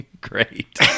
great